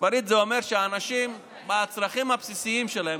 מספרית זה אומר שהצרכים הבסיסיים של אנשים